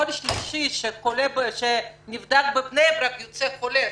כל אדם שלישי שנבדק בבני ברק נמצא חולה.